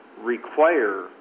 require